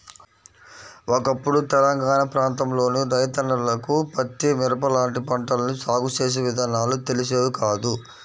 ఒకప్పుడు తెలంగాణా ప్రాంతంలోని రైతన్నలకు పత్తి, మిరప లాంటి పంటల్ని సాగు చేసే విధానాలు తెలిసేవి కాదు